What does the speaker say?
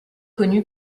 connu